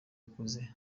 ukuze